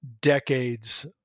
decades